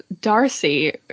Darcy